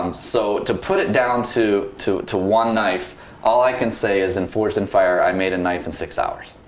um so to put it down to two to one knife all i can say is in force and fire i made a knife and six hours.